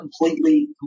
completely